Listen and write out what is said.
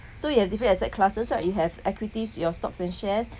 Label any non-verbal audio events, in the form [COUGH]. so you have different asset classes right you have equities your stocks and shares [BREATH]